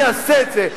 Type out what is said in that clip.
אני אעשה את זה,